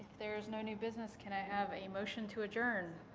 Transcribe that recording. there's no new business, can i have a motion to adjourn?